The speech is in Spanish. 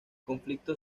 conflicto